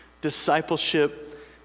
discipleship